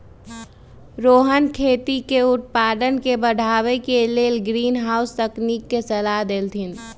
रोहन खेती के उत्पादन के बढ़ावे के लेल ग्रीनहाउस तकनिक के सलाह देलथिन